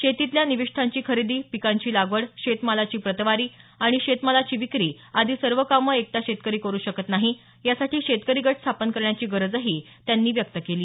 शेतीतल्या निविष्ठांची खरेदी पिकांची लागवड शेतमालाची प्रतवारी आणि शेतमालाची विक्री आदी सर्व कामं एकटा शेतकरी करू शकत नाही यासाठी शेतकरी गट स्थापन करण्याची गरजही त्यांनी व्यक्त केली